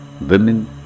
Women